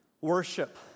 worship